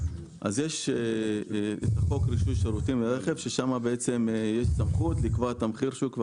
יש את חוק רישוי שירותים לרכב ששם יש סמכות לקבוע את מחיר השוק,